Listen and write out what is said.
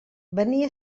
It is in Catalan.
venia